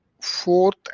fourth